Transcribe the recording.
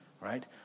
right